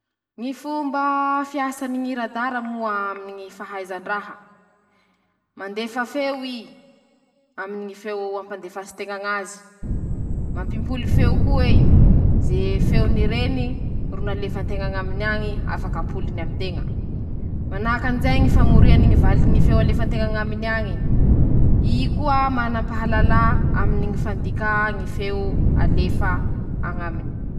Ñy fomba fiasany ñy radara moa aminy ñy fahaizan-draha: -Mandefa feo i. aminy ñy feo ampandefasin-teña ñ'azy ;mampimpoly feo ko'ey. ze feo nireny nalefan-teña añaminy añy afaky ampoliny amin-teña ;manahaky anizay ñy famoriany ñy valiny ñy feo alefan-teña añaminy añy. i koa manam-pahalalà aminy ñy fandikà ñy feo alefa añaminy.